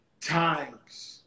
times